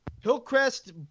hillcrest